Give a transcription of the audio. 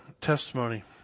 testimony